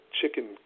chicken